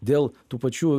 dėl tų pačių